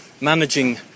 managing